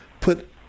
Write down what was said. put